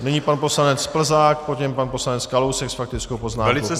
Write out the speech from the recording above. Nyní pan poslanec Plzák, po něm pan poslanec Kalousek s faktickou poznámkou.